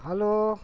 hello